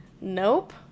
nope